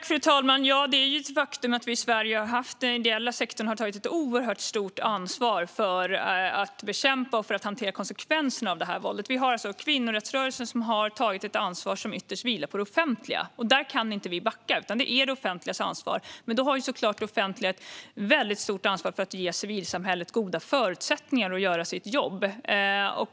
Fru talman! Det är ett faktum att den ideella sektorn i Sverige har tagit ett oerhört stort ansvar när det gäller att bekämpa och hantera konsekvenserna av det här våldet. Kvinnorättsrörelsen har här tagit ett ansvar som ytterst vilar på det offentliga, och där kan vi inte backa - det är det offentligas ansvar. Det offentliga har såklart ett väldigt stort ansvar för att ge civilsamhället goda förutsättningar att göra sitt jobb.